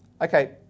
Okay